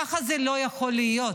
ככה זה לא יכול להיות.